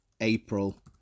April